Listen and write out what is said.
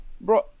bro